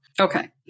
Okay